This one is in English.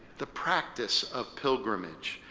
the practice of pilgrimage,